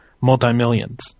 multi-millions